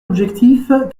objectif